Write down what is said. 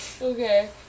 Okay